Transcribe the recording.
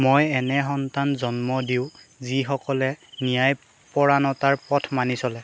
মই এনে সন্তান জন্ম দিওঁ যিসকলে ন্যায়পৰাণতাৰ পথ মানি চলে